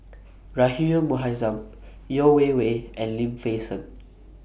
Rahayu Mahzam Yeo Wei Wei and Lim Fei Shen